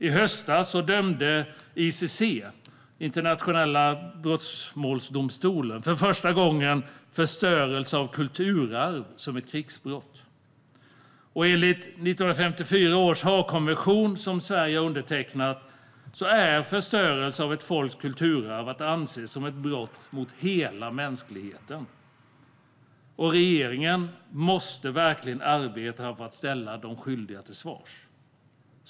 I höstas dömde ICC, Internationella brottmålsdomstolen, för första gången förstörelse av kulturarv som ett krigsbrott. Enligt 1954 års Haagkonvention, som Sverige har undertecknat, är förstörelse av ett folks kulturarv att anse som ett brott mot hela mänskligheten. Regeringen måste arbeta för att ställa de skyldiga till svars.